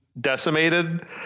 decimated